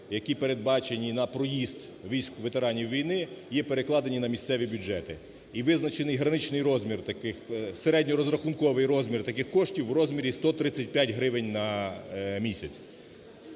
які передбачені на проїзд ветеранів війни, є перекладені на місцеві бюджети. І визначений граничний розмір таких, середньорозрахунковий розмір таких коштів в розмірі 135 гривень на місяць.